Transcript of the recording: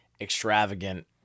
extravagant